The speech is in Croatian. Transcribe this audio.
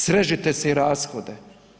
Srežite si i rashode.